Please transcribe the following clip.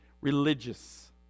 religious